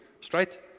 Straight